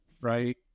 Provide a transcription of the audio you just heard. right